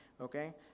Okay